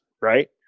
right